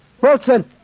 Wilson